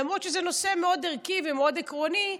למרות שזה נושא מאוד ערכי ומאוד עקרוני.